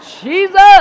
Jesus